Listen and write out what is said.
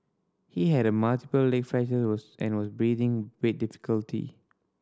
he had multiple leg fractures was and was breathing with difficulty